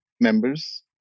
members